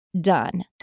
done